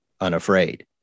unafraid